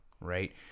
right